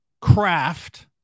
craft